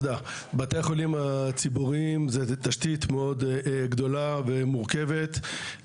בתי החולים הציבוריים זה תשתית מאוד גדולה ומורכבת,